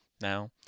Now